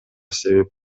себеп